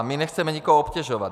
My nechceme nikoho obtěžovat.